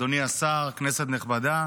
אדוני השר, כנסת נכבדה,